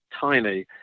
tiny